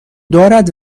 دارد